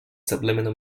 subliminal